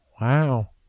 Wow